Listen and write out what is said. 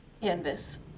Canvas